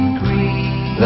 green